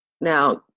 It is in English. Now